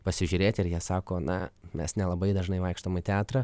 pasižiūrėti ir jie sako na mes nelabai dažnai vaikštom į teatrą